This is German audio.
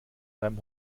beim